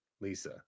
Lisa